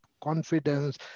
confidence